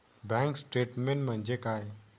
Bank statement म्हणजे काय?